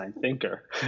thinker